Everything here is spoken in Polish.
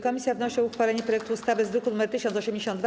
Komisja wnosi o uchwalenie projektu ustawy z druku nr 1082.